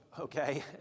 okay